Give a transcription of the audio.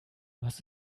was